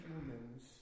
humans